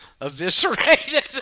eviscerated